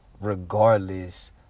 regardless